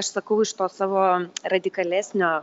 aš sakau iš to savo radikalesnio